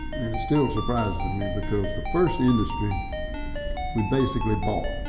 and it still surprises and me because the first industry we basically bought.